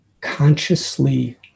consciously